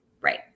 right